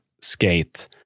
skate